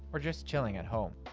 or just chilling at home.